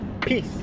Peace